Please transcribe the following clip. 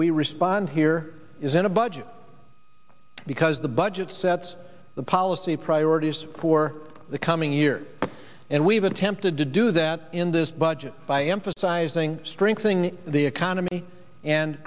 we respond here is in a budget because the budget sets the policy priorities for the coming year and we've attempted to do that in this budget by emphasizing strengthening the economy and